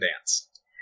Dance